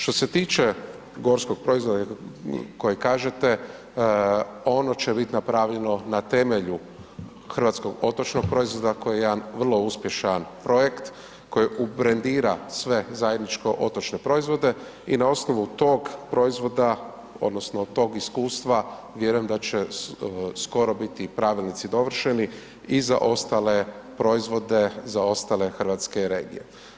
Što se tiče gorskog proizvoda koji kažete, ono će bit napravljeno na temelju hrvatskog otočnog proizvoda koji je jedan vrlo uspješan projekt, koji ubrendira sve zajedničko otočne proizvode i na osnovu tog proizvoda odnosno tog iskustva vjerujem da će skoro biti i pravilnici dovršeni i za ostale proizvode, za ostale hrvatske regije.